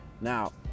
Now